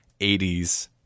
80s